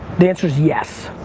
the answer's yes,